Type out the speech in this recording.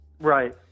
Right